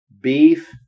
beef